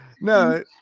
No